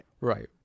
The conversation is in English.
Right